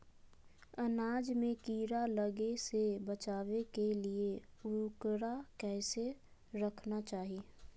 अनाज में कीड़ा लगे से बचावे के लिए, उकरा कैसे रखना चाही?